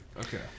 Okay